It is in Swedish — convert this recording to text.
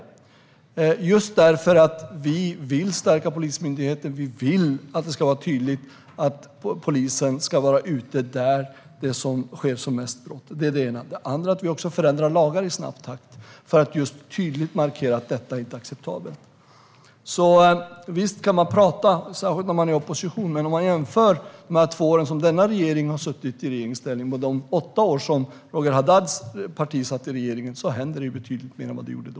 Det har vi gjort just därför att vi vill stärka Polismyndigheten, och vi vill att det ska vara tydligt att polisen ska vara ute där det sker flest brott. Det är det ena. Det andra är att vi förändrar lagar i snabb takt för att tydligt markera att detta inte är acceptabelt. Så visst kan man prata, särskilt om man är i opposition. Men om man jämför de två år som denna regering har suttit med de åtta år som Roger Haddads parti satt i regeringsställning ser man att det händer betydligt mer nu än vad det gjorde då.